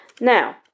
Now